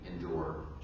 endure